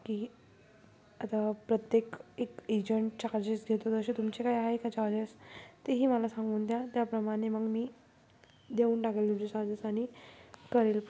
की आता प्रत्येक एक एजंट चार्जेस घेतो तसे तुमचे काय आहे का चार्जेस तेही मला सांगून द्या त्याप्रमाने मग मी देऊन टाकेल तुमचे चार्जेस आणि करेल